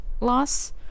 loss